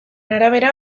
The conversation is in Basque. arabera